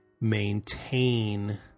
maintain